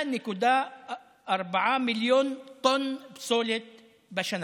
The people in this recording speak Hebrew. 5.4 מיליון טונות פסולת בשנה.